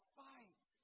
fight